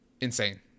Insane